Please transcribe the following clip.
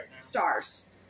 Stars